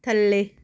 ਥੱਲੇ